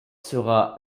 sera